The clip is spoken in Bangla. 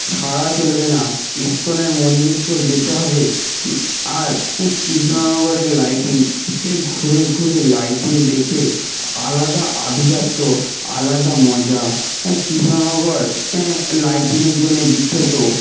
ছাড়া চলবে না ইস্কনের মন্দিরকেও যেতে হবে আর কৃষ্ণনগরের লাইটিং সে ঘুরে ঘুরে লাইটিং দেখে আলাদা আভিজাত্য আলাদা মজা কৃষ্ণনগর লাইটিং এর জন্যে বিখ্যাত